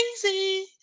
crazy